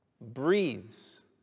breathes